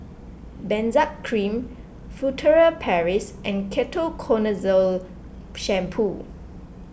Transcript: Benzac Cream Furtere Paris and Ketoconazole Shampoo